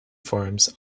forums